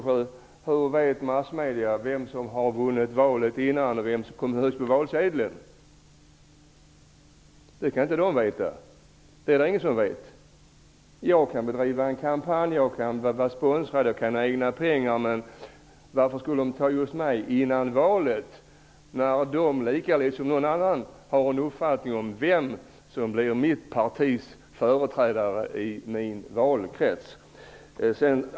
Men hur vet massmedierna, Bertil Fiskesjö, vem som har vunnit valet innan det kommit ut några valsedlar? Det kan man inte veta. Jag kan bedriva en kampanj, kan vara sponsrad eller ha egna pengar, men varför skulle de ta just mig innan valet? De lika väl som någon annan har ju en uppfattning om vem som blir mitt partis företrädare i min valkrets. Herr talman!